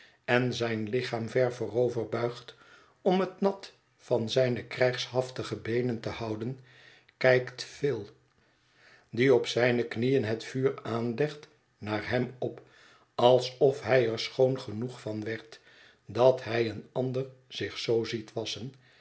en zijn lichaam ver vooroverbuigt om het nat van zijne krijgshaftige beenen te houden kijkt phil die op zijne knieën het vuur aanlegt naar hem op alsof hij er schoon genoeg van werd dat hij een ander zich zoo ziet wasschen